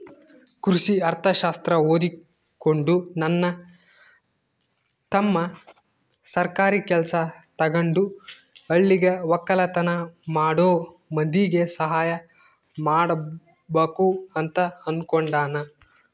ಕೃಷಿ ಅರ್ಥಶಾಸ್ತ್ರ ಓದಿಕೊಂಡು ನನ್ನ ತಮ್ಮ ಸರ್ಕಾರಿ ಕೆಲ್ಸ ತಗಂಡು ಹಳ್ಳಿಗ ವಕ್ಕಲತನ ಮಾಡೋ ಮಂದಿಗೆ ಸಹಾಯ ಮಾಡಬಕು ಅಂತ ಅನ್ನುಕೊಂಡನ